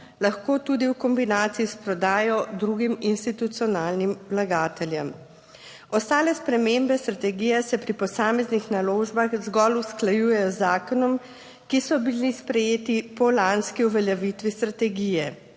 lahko tudi v kombinaciji s prodajo drugim institucionalnim vlagateljem. Ostale spremembe strategije se pri posameznih naložbah zgolj usklajujejo z zakonom, ki so bili sprejeti po lanski uveljavitvi strategije,